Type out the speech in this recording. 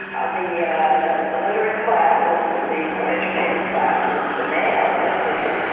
ah the yeah the literate classes, the more educated classes, the males at least,